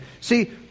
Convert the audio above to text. See